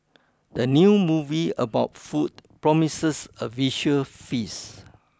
the new movie about food promises a visual feast